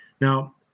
Now